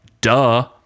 Duh